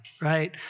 right